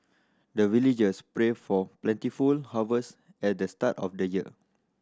the villagers pray for plentiful harvest at the start of the year